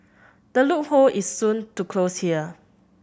the loophole is soon to close here